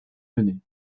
menée